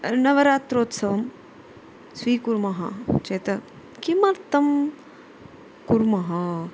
नवरात्रोत्सवं स्वीकुर्मः चेत् किमर्थं कुर्मः